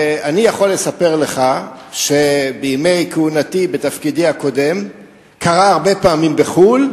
אני יכול לספר לך שבימי כהונתי בתפקידי הקודם זה קרה הרבה פעמים בחו"ל,